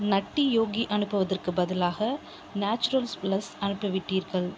நட்டி yogi அனுப்புவதற்குப் பதிலாக naturals plus அனுப்பிவிட்டீர்கள்